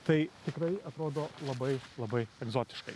tai tikrai atrodo labai labai egzotiškai